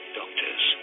doctors